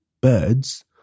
birds